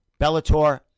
Bellator